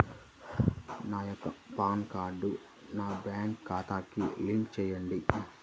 నా యొక్క పాన్ కార్డ్ని నా బ్యాంక్ ఖాతాకి లింక్ చెయ్యండి?